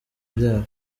byabo